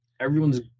everyone's